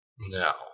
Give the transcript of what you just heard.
Now